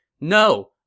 No